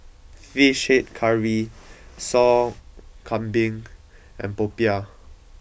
Fish Head Curry Sop Kambing and Popiah